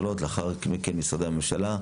לאחר מכן משרדי הממשלה,